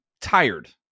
tired